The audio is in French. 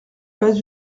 pas